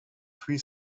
three